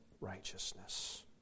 righteousness